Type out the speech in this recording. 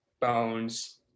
bones